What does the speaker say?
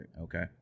Okay